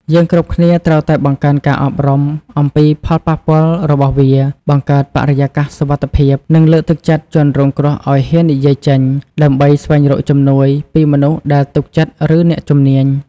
យើងគ្រប់គ្នាត្រូវតែបង្កើនការអប់រំអំពីផលប៉ះពាល់របស់វា បង្កើតបរិយាកាសសុវត្ថិភាព និងលើកទឹកចិត្តជនរងគ្រោះឲ្យហ៊ាននិយាយចេញ ដើម្បីស្វែងរកជំនួយពីមនុស្សដែលទុកចិត្ត ឬអ្នកជំនាញ។